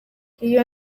iyo